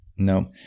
No